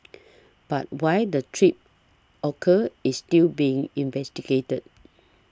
but why the trip occurred is still being investigated